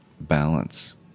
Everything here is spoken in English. balance